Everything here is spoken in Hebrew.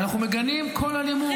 ואנחנו מגנים כל אלימות.